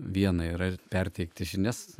viena yra perteikti žinias